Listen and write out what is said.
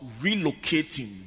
relocating